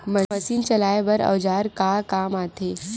Machine चलाए बर औजार का काम आथे?